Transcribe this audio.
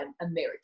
American